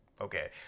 okay